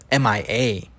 MIA